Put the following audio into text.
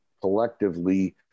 collectively